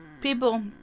people